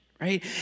right